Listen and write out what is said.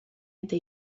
eta